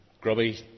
grubby